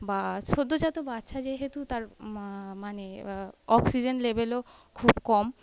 বা সদ্যজাত বাচ্চা যেহেতু তার মানে অক্সিজেন লেভেলও খুব কম